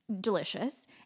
Delicious